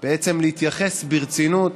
בעצם להתייחס ברצינות